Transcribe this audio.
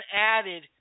added